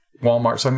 Walmart